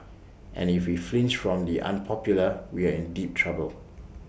and if we flinch from the unpopular we are in deep trouble